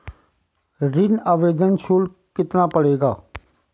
ऋण आवेदन शुल्क कितना पड़ेगा?